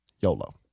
YOLO